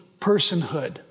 personhood